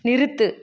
நிறுத்து